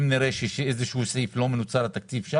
אם נראה איזשהו סעיף לא מנוצל בתקציב,